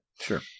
Sure